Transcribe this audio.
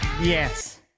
Yes